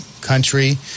country